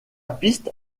piste